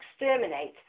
exterminate